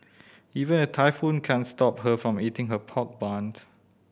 even a typhoon can't stop her from eating her pork bunt